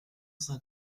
cent